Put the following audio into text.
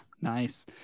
nice